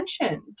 attention